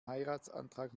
heiratsantrag